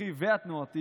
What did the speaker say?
החינוכי והתנועתי